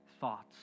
thoughts